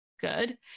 good